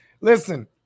Listen